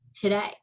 today